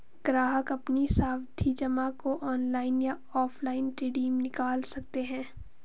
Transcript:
ग्राहक अपनी सावधि जमा को ऑनलाइन या ऑफलाइन रिडीम निकाल सकते है